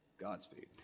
Godspeed